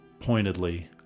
pointedly